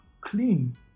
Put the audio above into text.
clean